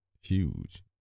huge